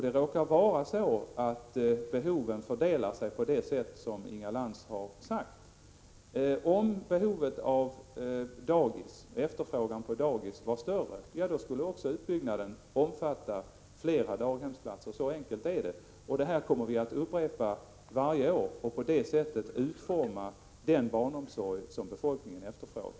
Det råkar vara så att behoven fördelar sig på det sätt som Inga Lantz har sagt. Om behovet av och efterfrågan på daghem vore större, skulle också utbyggnaden omfatta flera daghemsplatser. Så enkelt är det. Dessa undersökningar kommer vi att upprepa varje år och på det sättet utforma den barnomsorg som befolkningen efterfrågar.